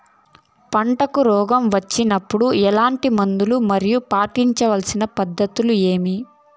పంటకు రోగం వచ్చినప్పుడు ఎట్లాంటి మందులు మరియు పాటించాల్సిన పద్ధతులు ఏవి?